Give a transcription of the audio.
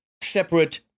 separate